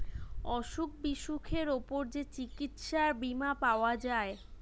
অসুখ বিসুখের উপর যে চিকিৎসার বীমা পাওয়া যায়